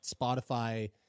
Spotify